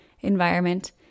environment